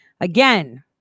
again